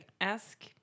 ask